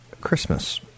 Christmas